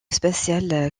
spatial